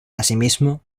asimismo